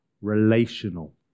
relational